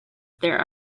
there